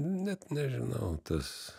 net nežinau tas